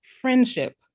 friendship